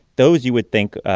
those, you would think,